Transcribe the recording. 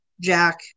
Jack